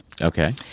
Okay